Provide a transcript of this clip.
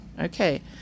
Okay